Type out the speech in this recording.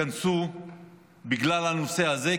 התכנסה בגלל הנושא הזה,